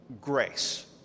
grace